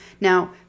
Now